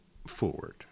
forward